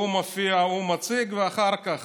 הוא מופיע, הוא מציג, ואחר כך